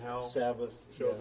Sabbath